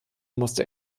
musste